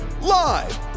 Live